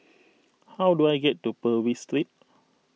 how do I get to Purvis Street